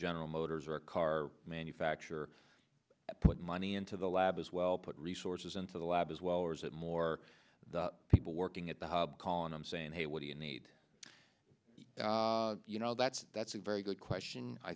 general motors or a car manufacturer put money into the lab as well put resources into the lab as well or is it more the people working at the hub calling them saying hey what do you need you know that's that's a very good question i